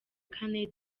kane